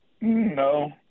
No